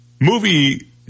movie